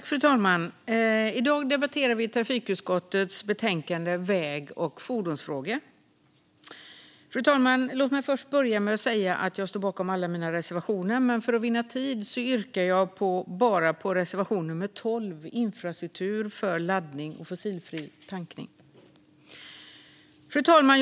Fru talman! I dag debatterar vi trafikutskottets betänkande Väg och fordonsfrågor . Låt mig först börja med att säga att jag står bakom alla mina reservationer men att jag för att vinna tid yrkar bifall enbart till reservation nummer 12 om infrastruktur för laddning och fossilfri tankning. Fru talman!